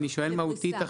אני שואל מהותית,